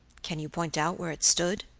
can you point out where it stood?